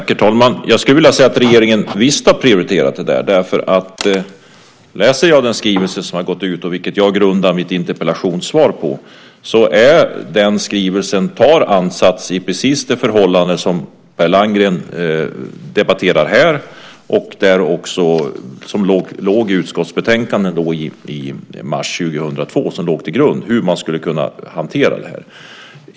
Herr talman! Jag skulle vilja säga att regeringen visst har prioriterat detta. När jag läser den skrivelse som har gått ut, vilken jag grundar mitt interpellationssvar på, ser jag att den tar ansats i precis det förhållande som Per Landgren debatterar här och som togs upp i utskottsbetänkandet i mars 2002. Det låg till grund för hur man skulle kunna hantera det här.